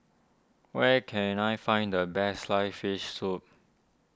where can I find the Best Sliced Fish Soup